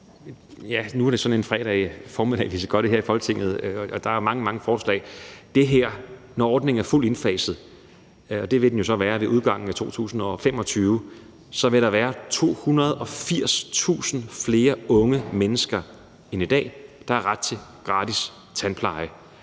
Nu er det sådan en fredag formiddag, vi behandler det her, og der er mange forslag på dagsordenen. Når ordningen er fuldt indfaset, og det vil den være ved udgangen af 2025, vil der være 280.000 flere unge mennesker end i dag, der har ret til gratis tandpleje.